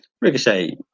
ricochet